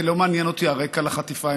ולא מעניין אותי הרקע לחטיפה,